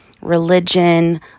religion